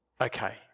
Okay